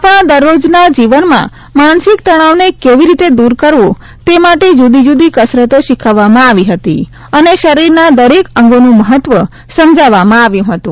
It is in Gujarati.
આપણા દરરોજના જીવનમાં માનસિક તણાવને કેવી રીતે દૂર કરવો તે માટે જુદી જુદી કસરતો શીખવવામાં આવી હતી અને શરીરના દરેક અંગોનું મહત્વ સમજાવવામાં આવ્યું હતું